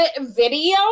video